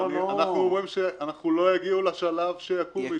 אנחנו אומרים שלא יגיעו בכלל לשלב שיקום מישהו.